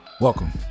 Welcome